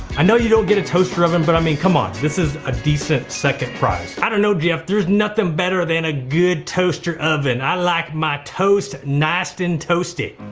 i know you don't get a toaster oven, but i mean, come on this is a decent second prize. i don't know jeff, there's nothing better than a good toaster oven. i like my toast, nasty and toasty.